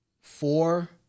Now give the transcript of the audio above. four